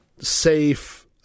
safe